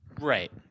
Right